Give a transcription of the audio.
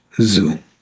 Zoom